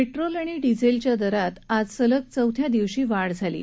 petrol डिझेलच्या दरात आज सलग चौथ्या दिवशी वाढ झाली आहे